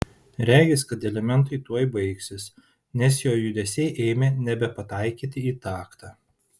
regis kad elementai tuoj baigsis nes jo judesiai ėmė nebepataikyti į taktą